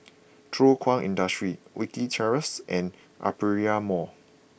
Thow Kwang Industry Wilkie Terrace and Aperia Mall